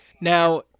Now